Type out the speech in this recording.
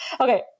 Okay